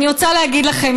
אני רוצה להגיד לכם,